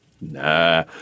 Nah